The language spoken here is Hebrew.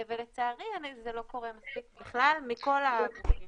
ולצערי זה לא קורה בכלל, מכל הכיוונים.